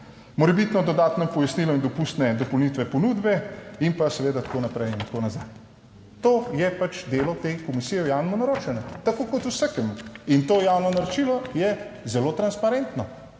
morebitno dodatno pojasnilo in dopustne dopolnitve ponudbe in pa seveda tako naprej in tako nazaj. To je pač delo te Komisije o javnem naročanju, tako kot vsakemu, in to javno naročilo je zelo transparentno